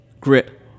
grit